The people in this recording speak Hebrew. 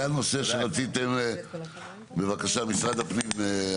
היה עוד נושא שרציתם בבקשה משרד הפנים.